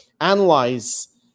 analyze